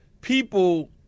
people